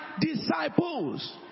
disciples